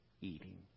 eating